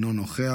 אינו נוכח,